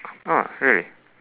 oh really